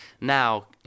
now